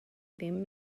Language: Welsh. ddim